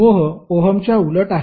मोह ओहमच्या उलट आहे